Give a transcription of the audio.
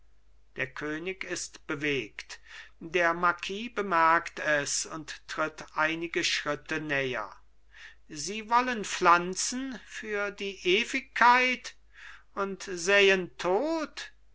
der könig ist bewegt der marquis bemerkt es und tritt einige schritte näher sie wollen pflanzen für die ewigkeit und säen tod